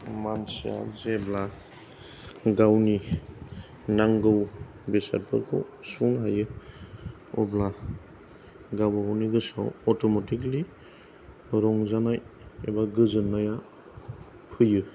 मानसिया जेब्ला गावनि नांगौ बेसादफोरखौ सुफुंनो हायो अब्ला गावबा गावनि गोसोआव अटमेटिकेलि रंजानाय एबा गोजोननाया फैयो